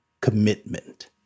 commitment